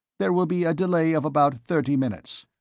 there will be a delay of about thirty minutes.